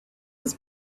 was